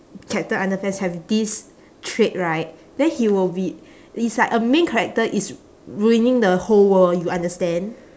captain underpants have this trait right then he will be it's like a main character is ruining the whole world you understand